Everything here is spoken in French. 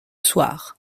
soir